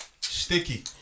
Sticky